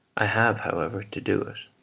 i have, however, to do it,